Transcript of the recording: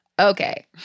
Okay